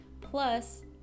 plus